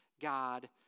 God